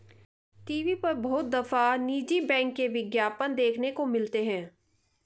TV पर बहुत दफा निजी बैंक के विज्ञापन देखने को मिलते हैं